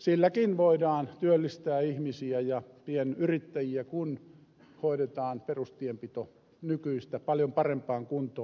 silläkin voidaan työllistää ihmisiä ja pienyrittäjiä kun hoidetaan perustienpito nykyistä paljon parempaan kuntoon